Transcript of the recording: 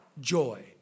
joy